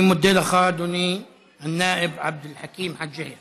אני מודה לך, אדוני א-נאאב עבד אל חכים חאג' יחיא.